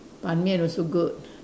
ban-mian also good